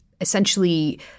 essentially